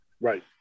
Right